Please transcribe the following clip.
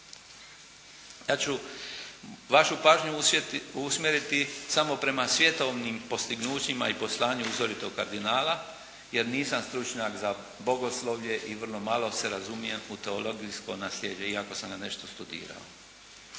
Ja ću vašu pažnju usmjeriti samo prema svjetovnim postignućima i poslanju uzoritog kardinala jer nisam stručnjak za bogoslovlje i vrlo malo se razumijem u teologijsko nasljeđe iako sam ga nešto studirao.